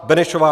Benešová